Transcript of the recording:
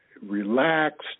relaxed